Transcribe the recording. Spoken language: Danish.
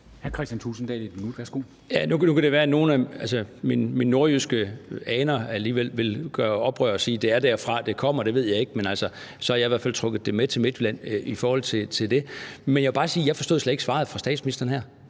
Nu kan det være, at nogle af mine nordjyske aner alligevel vil gøre oprør og sige, at det er derfra, det kommer. Det ved jeg ikke, men altså, så har jeg i hvert fald trukket det med til Midtjylland. Jeg vil bare sige, at jeg slet ikke forstod svaret fra statsministeren her.